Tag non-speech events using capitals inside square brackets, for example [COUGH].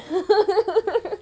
[LAUGHS]